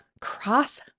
cross